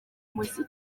muziki